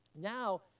Now